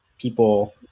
People